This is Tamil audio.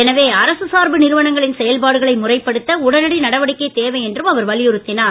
எனவே அரசு சார்பு நிறுவனங்களின் செயல்பாடுகளை முறைப்படுத்த உடனடி நடவடிக்கை தேவை என்றும் அவர் வலியுறுத்தினார்